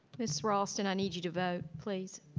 ms. raulston i need you to vote please.